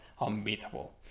unbeatable